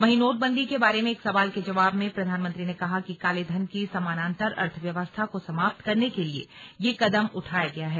वहीं नोटबंदी के बारे में एक सवाल के जवाब में प्रधानमंत्री ने कहा कि कालेधन की समानान्तकर अर्थव्यवस्था को समाप्त करने के लिए यह कदम उठाया गया है